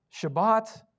Shabbat